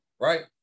right